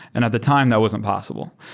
and at the time, that wasn't possible.